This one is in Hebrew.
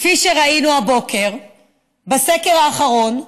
כפי שראינו הבוקר בסקר האחרון,